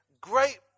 great